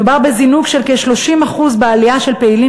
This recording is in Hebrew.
מדובר בזינוק של כ-30% בעלייה של פעילים